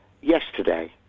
yesterday